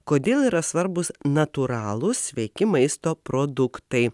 kodėl yra svarbūs natūralūs sveiki maisto produktai